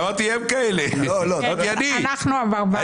היו כאן עובדות.